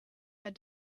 had